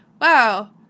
wow